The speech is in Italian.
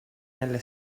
nelle